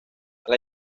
las